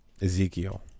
ezekiel